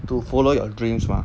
to follow your dreams mah